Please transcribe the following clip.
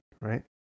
Right